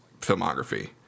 filmography